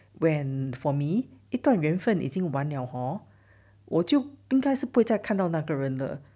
when for me 一段缘分已经完了 hor 我就应该是不会再看到那个人了